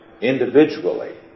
individually